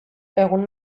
egun